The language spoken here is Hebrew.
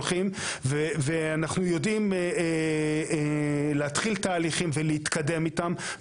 אנחנו הולכים ואנחנו יודעים להתחיל תהליכים ולהתקדם איתם.